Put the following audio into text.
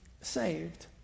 saved